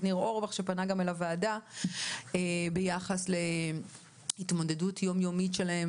ניר אורבך שפנה גם אל הוועדה ביחס להתמודדות יום יומית שלהם